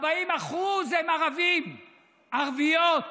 40% הן ערביות,